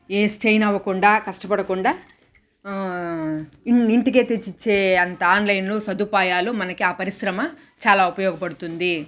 ఏ strain అవ్వకుండా కష్టపడకుండా ఇన్ ఇంటికే తెచ్చిచ్చే అంత ఆన్లైను సదుపాయాలు మనకి ఆ పరిశ్రమ చాలా ఉపయోగపడుతుంది